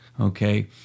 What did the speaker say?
Okay